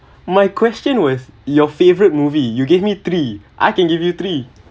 my question was your favorite movie you gave me three I can give you three